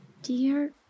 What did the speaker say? Dear